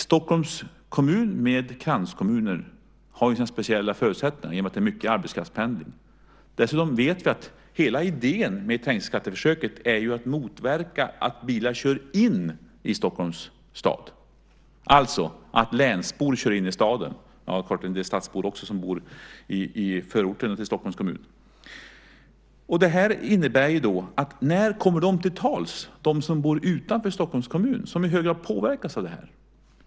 Stockholms kommun med kranskommuner har ju speciella förutsättningar i och med att det finns mycket arbetskraftspendling. Dessutom vet vi att hela idén med trängselskatteförsöket är att motverka att bilar kör in i Stockholms stad, det vill säga att länsbor kör in i staden. Det finns ju så klart en del stadsbor också som bor i förorterna till Stockholms kommun. När kommer de som bor utanför Stockholms kommun till tals? De påverkas ju i hög grad av det här.